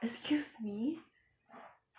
excuse me